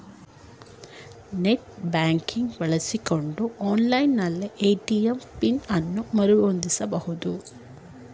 net banking ಬಳಸಿಕೊಂಡು online ನಲ್ಲಿ ATM PIN ಅನ್ನು ಮರು ಹೊಂದಿಸಬಹುದು